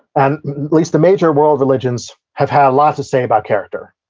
and least the major world religions have had a lot to say about character.